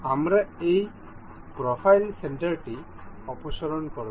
আমরা এই প্রোফাইল সেন্টারটি অপসারণ করব